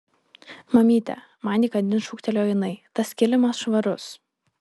mamyte man įkandin šūktelėjo jinai tas kilimas švarus